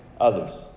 others